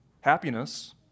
happiness